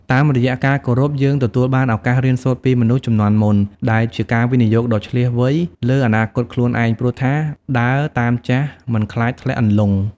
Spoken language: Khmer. តាមរយៈការគោរព យើងទទួលបានឱកាសរៀនសូត្រពីមនុស្សជំនាន់មុន ដែលជាការវិនិយោគដ៏ឈ្លាសវៃលើអនាគតខ្លួនឯង ព្រោះថា "ដើរតាមចាស់ មិនខ្លាចធ្លាក់អន្លង់"។